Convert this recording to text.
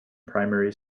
primary